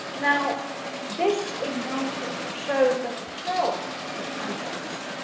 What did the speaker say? now this example shows the power of adverbs.